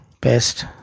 Best